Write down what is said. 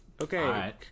Okay